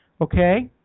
Okay